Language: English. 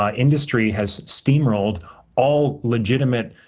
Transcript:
um industry has steamrolled all legitimate